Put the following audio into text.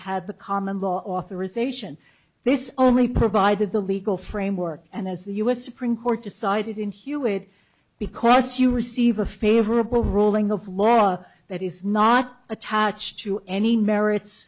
had the common law authorization this only provided the legal framework and as the u s supreme court decided in hewitt because you receive a favorable ruling of law that is not attached to any merits